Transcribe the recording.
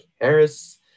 Harris